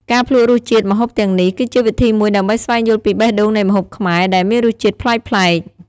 ការភ្លក្សរសជាតិម្ហូបទាំងនេះ គឺជាវិធីមួយដើម្បីស្វែងយល់ពីបេះដូងនៃម្ហូបខ្មែរ ដែលមានរសជាតិប្លែកៗ។